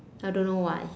I don't know why